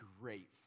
grateful